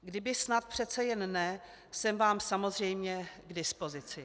Kdyby snad přece jen ne, jsem vám samozřejmě k dispozici.